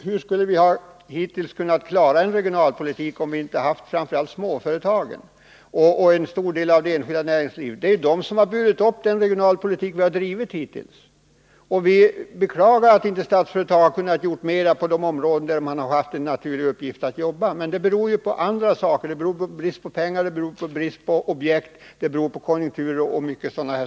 Hur skulle vi hittills ha kunnat klara regionalpolitiken om vi inte hade haft framför allt småföretagen och en stor del av det enskilda näringslivet? Det är ju det som burit upp den regionalpolitik som vi hittills drivit. Vi beklagar att Statsföretag inte kunnat göra mera på de områden där man haft en naturlig uppgift. Men det beror på brist på pengar, brist på objekt, konjunkturer och mycket annat.